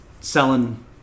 selling